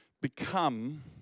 become